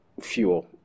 Fuel